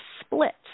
split